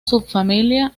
subfamilia